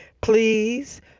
Please